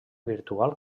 virtual